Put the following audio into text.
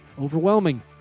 overwhelming